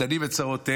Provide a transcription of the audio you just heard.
מתנים את צרותיהם.